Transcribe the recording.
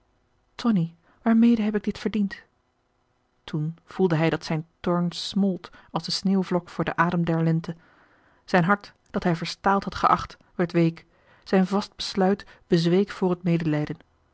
tonie waarmede heb ik dit verdiend marcellus emants een drietal novellen toen voelde hij dat zijn toorn smolt als de sneeuwvlok voor den adem der lente zijn hart dat hij verstaald had geacht werd week zijn vast besluit bezweek voor het medelijden